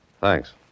Thanks